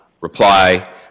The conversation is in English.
reply